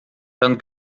dann